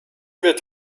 wird